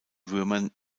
würmern